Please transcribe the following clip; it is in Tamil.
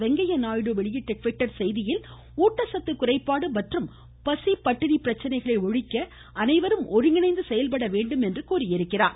வெங்கய்ய நாயுடு வெளியிட்டு ட்விட்டர் செய்தியில் ஊட்டச்சத்து குறைபாடு மற்றும் பசி பட்டினி பிரச்சினைகளை ஒழிக்க அனைவரும் ஒருங்கிணைந்து செயல்பட வேண்டும் என்று கூறியிருக்கிறார்